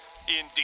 indeed